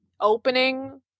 opening